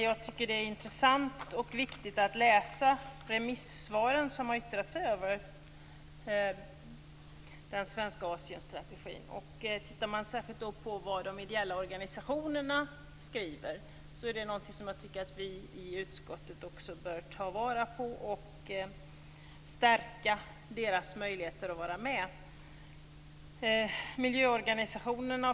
Jag tycker att det är intressant och viktigt att läsa remissvaren där man har yttrat sig över den svenska Asienstrategin. Man kan särskilt titta på vad de ideella organisationerna skriver. Det är något som jag tycker att vi i utskottet också bör ta vara på. Vi bör stärka deras möjligheter att vara med. Det gäller t.ex. miljöorganisationerna.